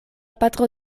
patro